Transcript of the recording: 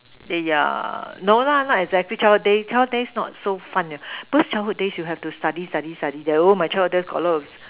eh yeah no lah not exactly childhood days childhood days not so fun those travel days you have to study study study then oh my childhood days got a lot